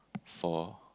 four